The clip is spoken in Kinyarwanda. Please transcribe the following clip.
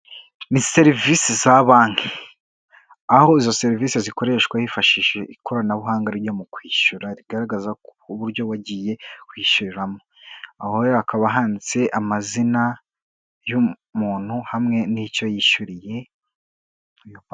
Ni serivisi za banki, aho izo serivisi zikoreshwa hifashishije ikoranabuhanga ryo mu kwishyura, rigaragaza uburyo wagiye kwishyuriramo, aho rero hakaba handitse amazina, y'umuntu hamwe n'icyo yishyuriye.